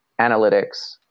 analytics